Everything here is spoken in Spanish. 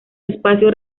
espacio